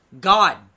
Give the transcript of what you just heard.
God